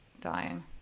dying